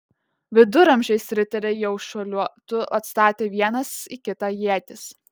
viduramžiais riteriai jau šuoliuotų atstatę vienas į kitą ietis